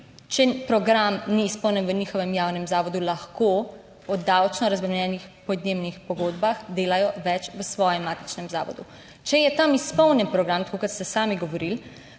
če program ni izpolnjen v njihovem javnem zavodu, lahko v davčno razbremenjenih podjemnih pogodbah delajo več v svojem matičnem zavodu. Če je tam izpolnjen program, tako kot ste sami govorili,